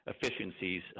efficiencies